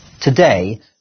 Today